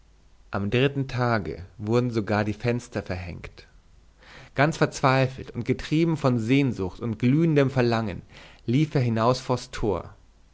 am dritten tage wurden sogar die fenster verhängt ganz verzweifelt und getrieben von sehnsucht und glühendem verlangen lief er hinaus vors tor